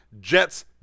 jets